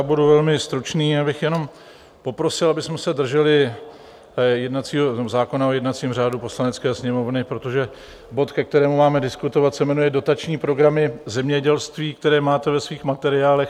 Budu velmi stručný, já bych jenom poprosil, abychom se drželi zákona o jednacím řádu Poslanecké sněmovny, protože bod, ke kterému máme diskutovat, se jmenuje Dotační programy v zemědělství, které máte ve svých materiálech.